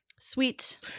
Sweet